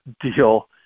deal